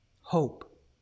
Hope